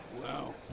Wow